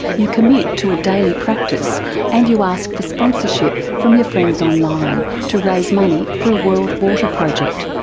you commit to a daily practice and you ask for sponsorship from your friends online, to raise money for a world water project.